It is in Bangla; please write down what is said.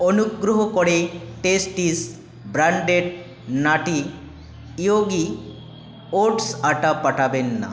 অনুগ্রহ করে টেস্টিস ব্র্যান্ডের নাটি ইয়োগি ওটস আটা পাঠাবেন না